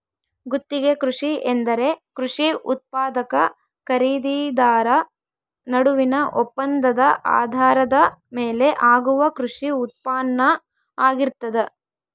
ಗುತ್ತಿಗೆ ಕೃಷಿ ಎಂದರೆ ಕೃಷಿ ಉತ್ಪಾದಕ ಖರೀದಿದಾರ ನಡುವಿನ ಒಪ್ಪಂದದ ಆಧಾರದ ಮೇಲೆ ಆಗುವ ಕೃಷಿ ಉತ್ಪಾನ್ನ ಆಗಿರ್ತದ